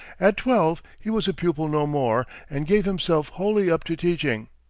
at twelve he was a pupil no more, and gave himself wholly up to teaching.